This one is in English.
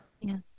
Yes